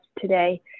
today